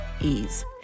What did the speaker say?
ease